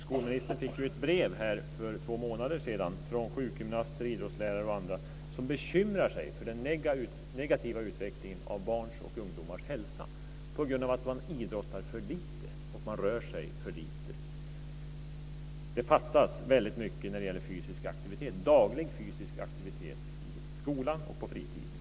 Skolministern fick för två månader sedan ett brev från sjukgymnaster, idrottslärare och andra som bekymrar sig för den negativa utvecklingen av barns och ungdomars hälsa på grund av att de idrottar för lite och rör sig för lite. Det fattas väldigt mycket när det gäller daglig fysisk aktivitet i skolan och på fritiden.